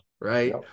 right